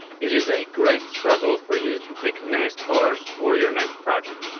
it is a great struggle for you to pick nice colors for your next project